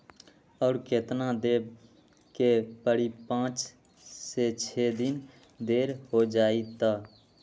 और केतना देब के परी पाँच से छे दिन देर हो जाई त?